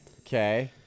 Okay